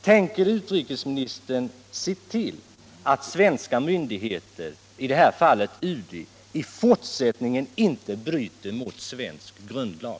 Tänker utrikesministern se till att svenska myndigheter — i detta fall UD —- i fortsättningen inte bryter mot svensk grundlag?